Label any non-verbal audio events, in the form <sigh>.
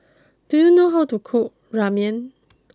do you know how to cook Ramyeon <noise>